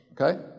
Okay